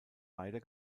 beider